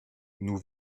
nous